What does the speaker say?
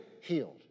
healed